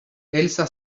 elsa